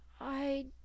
I